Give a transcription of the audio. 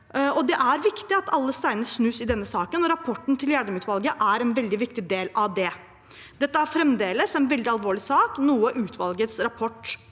Det er viktig at alle steiner snus i denne saken. Rapporten fra Gjedrem-utvalget er en veldig viktig del av det. Dette er fremdeles en veldig alvorlig sak, noe utvalgets rapport